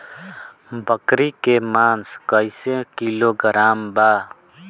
बकरी के मांस कईसे किलोग्राम बा?